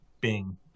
Bing